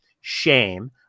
shame